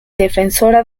defensora